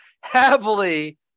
happily